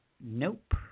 Nope